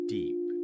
deep